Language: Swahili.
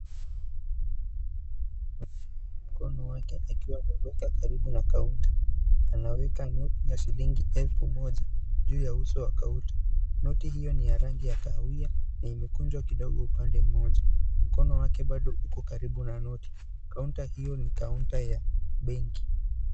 Mkono wake akiwa ameweka karibu na kaunta. Anaweka noti ya shilingi elfu moja juu ya uso wa kaunta. Noti hiyo ni ya rangi ya kahawia na imekunjwa kidogo upande mmoja. Mkono wake bado uko karibu na noti kaunta hiyo ni kaunta ya benki.